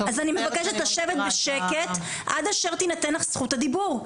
אז אני מבקשת לשבת בשקט עד אשר תינתן לך זכות הדיבור.